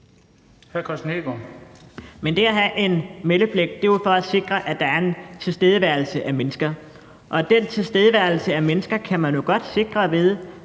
Men det at have en meldepligt er jo for at sikre, at der er en tilstedeværelse af mennesker. Den tilstedeværelse af mennesker kan vi jo godt sikre ved,